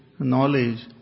knowledge